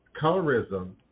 colorism